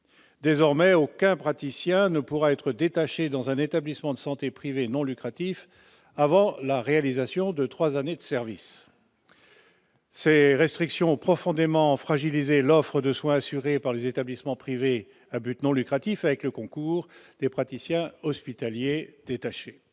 Désormais, aucun praticien ne pourra être détaché dans un établissement de santé privé non lucratif avant la réalisation de trois années de service. Ces restrictions ont profondément fragilisé l'offre de soins assurée par les établissements privés à but non lucratif, avec le concours des praticiens hospitaliers détachés.